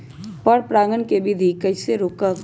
पर परागण केबिधी कईसे रोकब?